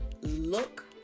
look